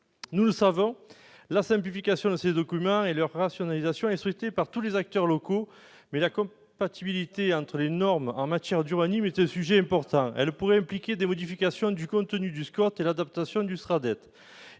Nous le savons, la simplification et la rationalisation de ces documents sont souhaitées par tous les acteurs locaux. Mais la compatibilité entre les normes en matière d'urbanisme est un sujet important ; elle pourrait impliquer des modifications du contenu du SCOT et l'adaptation du schéma